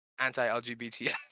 anti-LGBT